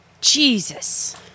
Jesus